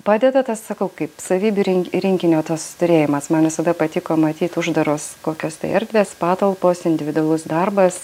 padeda tas sakau kaip savybių rinkinio tas turėjimas man visada patiko matyt uždaros kokios tai erdvės patalpos individualus darbas